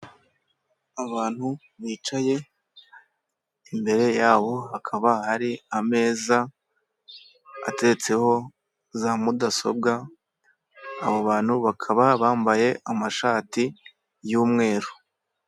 Abantu bicaye imbere yabo hakaba hari ameza atetseho za mudasobwa, abo bantu bakaba bambaye amashati y'umweru.